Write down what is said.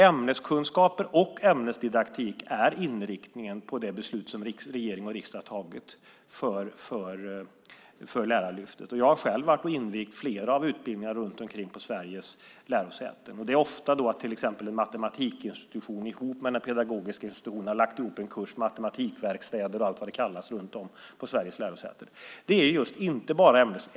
Ämneskunskaper och ämnesdidaktik är inriktningen på det beslut som regering och riksdag har tagit för Lärarlyftet. Jag har själv invigt flera utbildningar på Sveriges lärosäten. Ofta har till exempel matematikinstitutionen tillsammans med den pedagogiska institutionen lagt upp en kurs. Det kan vara matematikverkstäder och annat runt om på Sveriges lärosäten.